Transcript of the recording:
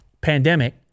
pandemic